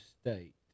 State